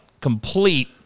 complete